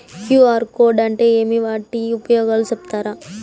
QR code అంటే ఏమి వాటి ఉపయోగాలు సెప్తారా?